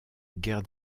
guerre